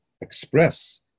express